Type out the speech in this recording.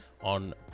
on